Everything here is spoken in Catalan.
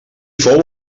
fou